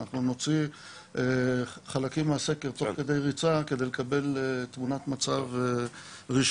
אנחנו נוציא חלקים מהסקר תוך כדי ריצה כדי לקבל תמונת מצב ראשונית.